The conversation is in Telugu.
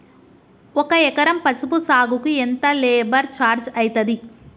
ఒక ఎకరం పసుపు సాగుకు ఎంత లేబర్ ఛార్జ్ అయితది?